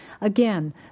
Again